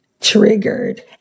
triggered